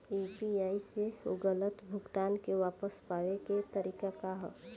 UPI से गलत भुगतान के वापस पाये के तरीका का ह?